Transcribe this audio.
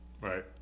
Right